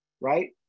right